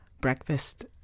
breakfast